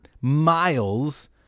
miles